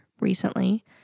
recently